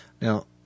Now